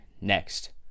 Next